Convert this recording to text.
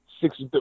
six